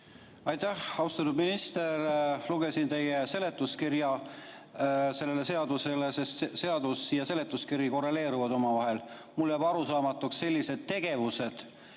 Aitäh! Austatud minister! Ma lugesin teie seletuskirja selle seaduse juurde, sest seadus ja seletuskiri korreleeruvad omavahel. Mulle jääb arusaamatuks selline tegevus,